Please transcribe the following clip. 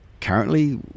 currently